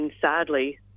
sadly